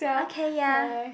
okay ya